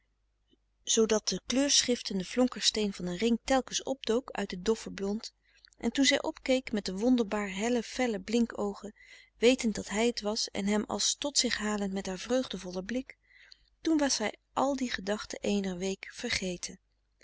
de koele meren des doods een ring telkens opdook uit t doffe blond en toen zij opkeek met de wonderbaar helle felle blink oogen wetend dat hij t was en hem als tot zich halend met haar vreugdevollen blik toen was hij al die gedachten eener week vergeten